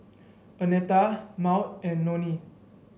Annetta Maud and Nonie